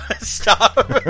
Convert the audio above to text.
Stop